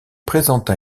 présenta